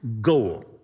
goal